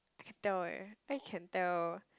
I can tell eh I can tell